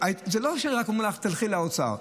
זה לא שרק אומרים לך: לכי לאוצר.